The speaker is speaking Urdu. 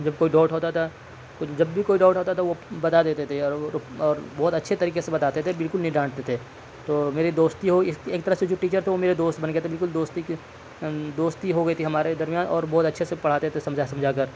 جب کوئی ڈاؤٹ ہوتا تھا کچھ جب بھی کوئی ڈاؤٹ ہوتا تھا وہ بتا دیتے تھے اور وہ بہت اچھے طریقے سے بتاتے تھے بالکل نہیں ڈانٹتے تھے تو میری دوستی ہوئی ایک طرح سے جو ٹیچر تھے وہ میرے دوست بن گیے تھے بالکل دوستی کی دوستی ہوگئی تھی ہمارے درمیان اور بہت اچھے سے پڑھاتے تھے سمجھا سمجھا کر